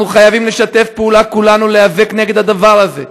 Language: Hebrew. אנחנו חייבים לשתף פעולה כולנו להיאבק נגד הדבר הזה.